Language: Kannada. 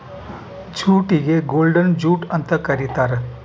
ಜೂಟಿಗೆ ಗೋಲ್ಡನ್ ಜೂಟ್ ಅಂತ ಕರೀತಾರ